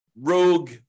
rogue